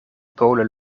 kolen